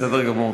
בסדר גמור.